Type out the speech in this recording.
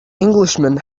englishman